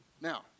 Now